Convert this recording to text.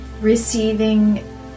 receiving